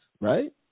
right